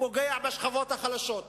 פוגע בשכבות החלשות.